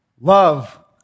love